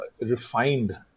refined